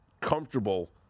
comfortable